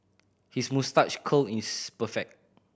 his moustache curl is perfect